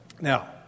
Now